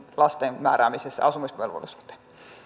lasten määräämisessä asumisvelvollisuuteen